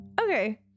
Okay